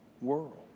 world